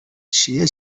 چیه